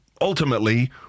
ultimately